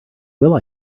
will